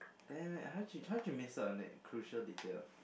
damn it how did you how did you miss out on that crucial detail